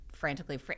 frantically